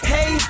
Hey